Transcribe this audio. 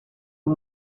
con